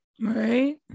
Right